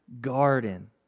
garden